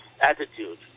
attitude